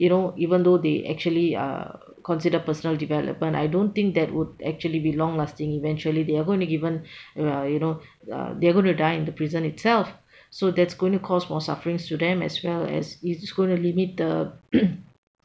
you know even though they actually uh consider personal development I don't think that would actually be long lasting eventually they are going to given uh you know uh they are going to die in the prison itself so that's going to cause more sufferings to them as well as it is going to limit the